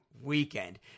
weekend